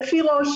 לפי ראש.